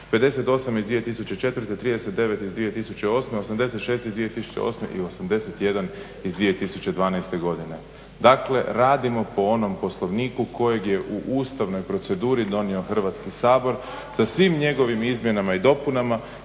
58/2004., 39/2008., 86/2008. i 81/2012. godine. Dakle, radimo po onom Poslovniku kojeg je u ustavnoj proceduri donio Hrvatski sabor sa svim njegovim izmjenama i dopunama